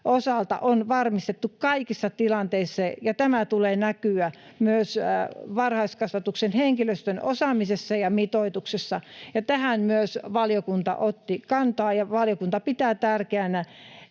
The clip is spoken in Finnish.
osalta on varmistettu kaikissa tilanteissa, ja tämän tulee näkyä myös varhaiskasvatuksen henkilöstön osaamisessa ja mitoituksessa. Tähän myös valiokunta otti kantaa, ja valiokunta pitää tärkeänä,